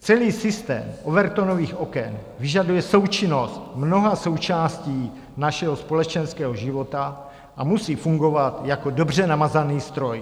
Celý systém Overtonových oken vyžaduje součinnost mnoha součástí našeho společenského života a musí fungovat jako dobře namazaný stroj.